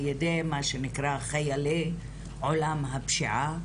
על-ידי מה שנקרא חיילי עולם הפשיעה,